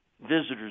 Visitors